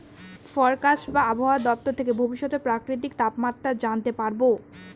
forecast বা আবহাওয়া দপ্তর থেকে ভবিষ্যতের প্রাকৃতিক তাপমাত্রা জানতে পারবো